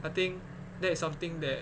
I think that's something that